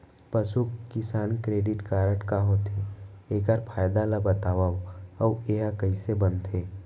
पसु किसान credit card का होथे, एखर फायदा ला बतावव अऊ एहा कइसे बनथे?